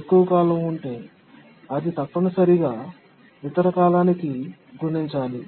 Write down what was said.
ఎక్కువ కాలం ఉంటే అది తప్పనిసరిగా ఇతర కాలానికి గుణించాలి